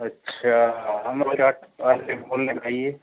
अच्छा आइए